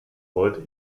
wollte